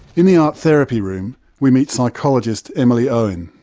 in the art therapy room we meet psychologist emily owen.